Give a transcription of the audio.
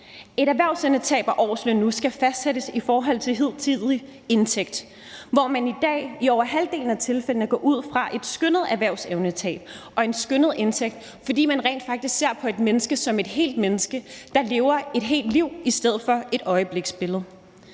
Erhvervsevnetab og årsløn skal nu fastsættes i forhold til hidtidig indtægt. I dag går man i over halvdelen af tilfældene ud fra et skønnet erhvervsevnetab og en skønnet indtægt, fordi man rent faktisk ser på et menneske som et helt menneske, der lever et helt liv, i stedet for at se på et øjebliksbillede.